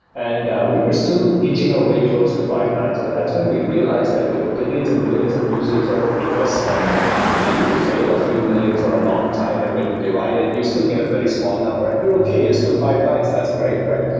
and we were still inching out way close to five nine s, but that's when we realized that with billions and billions of users or requests coming in, ah you could fail a few million for a long time, and when you divide it, you still get a very small number and you're okay. you're still five nine s. that's great, right?